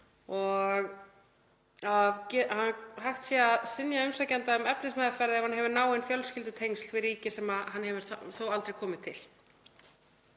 og að hægt sé að synja umsækjenda um efnismeðferð ef hann hefur náin fjölskyldutengsl við ríki sem hann hefur þó aldrei komið til.